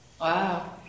Wow